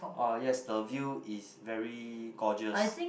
Oh yes the view is very gorgeous